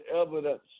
evidence